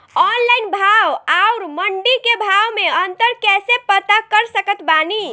Online भाव आउर मंडी के भाव मे अंतर कैसे पता कर सकत बानी?